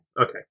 Okay